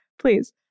please